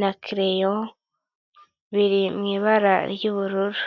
na kereyo, biri mu ibara ry'ubururu.